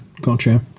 Gotcha